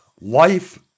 Life